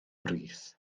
brith